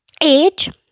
Age